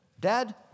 Dad